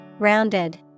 Rounded